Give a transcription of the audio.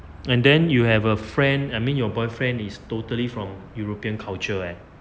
and then you have a friend I mean your boyfriend is totally from european culture eh